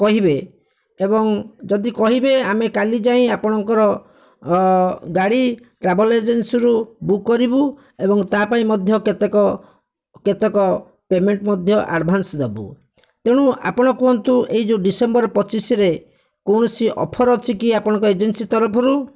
କହିବେ ଏବଂ ଯଦି କହିବେ ଆମେ କାଲି ଯାଇଁ ଆପଣଙ୍କର ଗାଡ଼ି ଟ୍ରାଭେଲ୍ସ ଏଜେନ୍ସିରୁ ବୁକ୍ କରିବୁ ଏବଂ ତା'ପାଇଁ ମଧ୍ୟ କେତେକ କେତେକ ପେମେଣ୍ଟ ମଧ୍ୟ ଆଡ଼ଭାନ୍ସ ଦେବୁ ତେଣୁ ଆପଣ କୁହନ୍ତୁ ଏଇ ଯେଉଁ ଡିସେମ୍ବର ପଚିଶରେ କୌଣସି ଅଫର୍ ଅଛି କି ଆପଣଙ୍କ ଏଜେନ୍ସି ତରଫରୁ